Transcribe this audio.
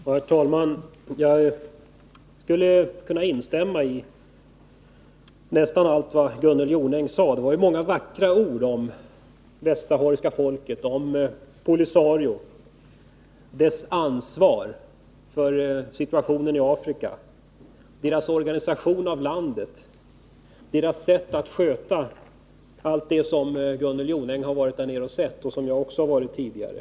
Herr talman! Jag skulle kunna instämma i nästan allt vad Gunnel Jonäng sade. Det var ju många vackra ord om det västsahariska folket, om POLISARIO, dess ansvar för situationen i Afrika, dess organisation av landet, dess sätt att sköta allt det som Gunnel Jonäng varit där nere och sett. Jag har också varit där tidigare.